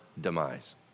demise